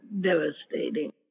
devastating